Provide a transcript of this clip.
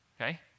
okay